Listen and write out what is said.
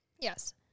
Yes